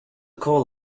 coal